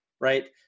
right